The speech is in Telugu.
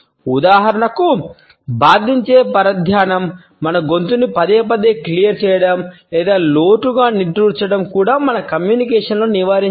ఉదాహరణకు బాధించే పరధ్యానం మన గొంతును పదేపదే క్లియర్ చేయడం లేదా లోతుగా నిట్టూర్చడం కూడా మన కమ్యూనికేషన్ లో నివారించాలి